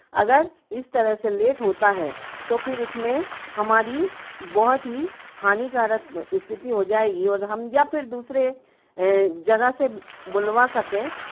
अगर इस तरह से लेट होता है तो फिर इसमें हमारी बहुत ही हानिकारक स्थिति हो जाएगी और हम या फिर दूसरे जगह से बुलवा सकें